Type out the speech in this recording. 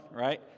right